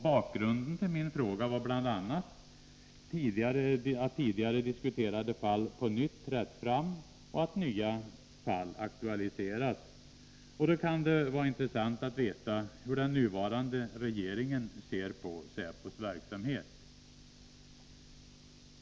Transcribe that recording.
Bakgrunden till min fråga var bl.a. att tidigare diskuterade fall på nytt aktualiserats och att nya fall tagits upp. Det kan då vara intressant att veta hur den nuvarande regeringen ser på säpos verksamhet.